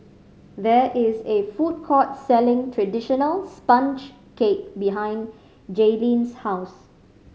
there is a food court selling traditional sponge cake behind Jaylyn's house